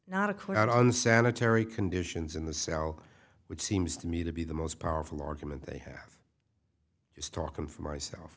not a court on sanitary conditions in the cell which seems to me to be the most powerful argument they have is talking for myself